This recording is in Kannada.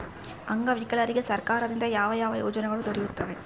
ಅಂಗವಿಕಲರಿಗೆ ಸರ್ಕಾರದಿಂದ ಯಾವ ಯಾವ ಯೋಜನೆಗಳು ದೊರೆಯುತ್ತವೆ?